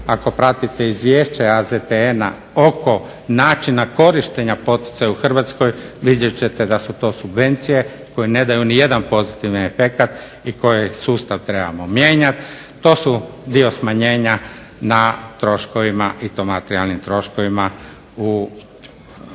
ako pratite izvješće AZTN-a oko načina korištenja poticaja u Hrvatskoj vidjet ćete da su to subvencije koje ne daju nijedan pozitivan efekt i koji sustav trebamo mijenjat. To su dio smanjenja na troškovima i to materijalnim troškovima u proračunu